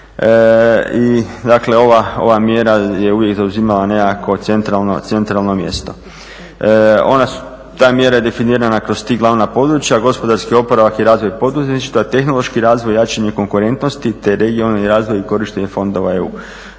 I dakle ova mjera je uvijek zauzimala nekako centralno mjesto. Ta mjera je definirana kroz tri glavna područja – gospodarski oporavak i razvoj poduzetništva, tehnološki razvoj, jačanje konkurentnosti, te regionalni razvoj i korištenje fondova EU.